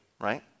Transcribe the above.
right